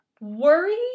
worry